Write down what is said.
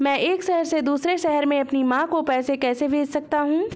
मैं एक शहर से दूसरे शहर में अपनी माँ को पैसे कैसे भेज सकता हूँ?